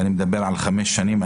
ואני מדבר על חמש שנים,